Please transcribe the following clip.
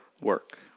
work